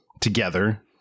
together